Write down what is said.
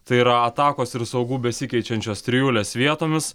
tai ir atakos ir saugų besikeičiančios trijulės vietomis